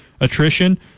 attrition